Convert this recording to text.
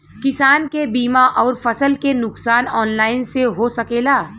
किसान के बीमा अउर फसल के नुकसान ऑनलाइन से हो सकेला?